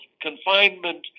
confinement